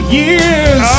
years